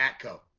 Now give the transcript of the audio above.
atco